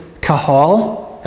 kahal